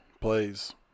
plays